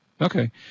Okay